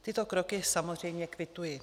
Tyto kroky samozřejmě kvituji.